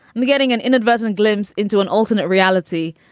me getting an inadvertent glimpse into an alternate reality.